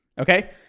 Okay